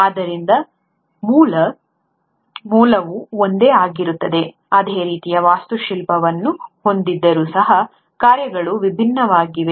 ಆದ್ದರಿಂದ ಮೂಲ ಮೂಲವು ಒಂದೇ ಆಗಿರುತ್ತದೆ ಅದೇ ರೀತಿಯ ವಾಸ್ತುಶಿಲ್ಪವನ್ನು ಹೊಂದಿದ್ದರೂ ಸಹ ಕಾರ್ಯಗಳು ವಿಭಿನ್ನವಾಗಿವೆ